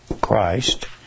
christ